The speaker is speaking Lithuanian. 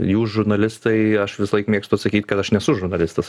jūs žurnalistai aš visąlaik mėgstu sakyt kad aš nesu žurnalistas